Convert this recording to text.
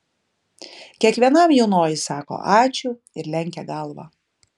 kiekvienam jaunoji sako ačiū ir lenkia galvą